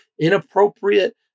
inappropriate